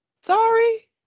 sorry